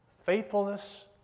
faithfulness